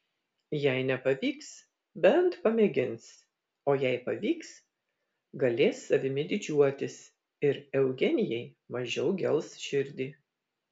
jei nepavyks bent pamėgins o jei pavyks galės savimi didžiuotis ir eugenijai mažiau gels širdį